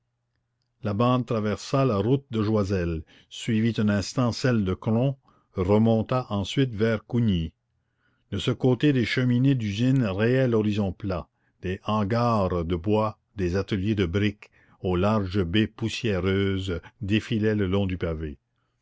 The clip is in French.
la bande traversa la route de joiselle suivit un instant celle de cron remonta ensuite vers cougny de ce côté des cheminées d'usine rayaient l'horizon plat des hangars de bois des ateliers de briques aux larges baies poussiéreuses défilaient le long du pavé